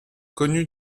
connu